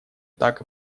так